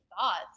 thoughts